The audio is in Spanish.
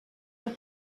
los